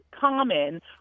common